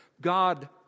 God